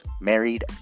married